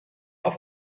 auf